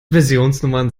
versionsnummern